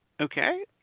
Okay